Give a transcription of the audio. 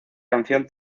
canción